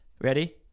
Ready